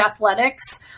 athletics